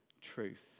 truth